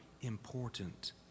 important